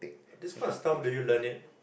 this kind of stuff do you learn it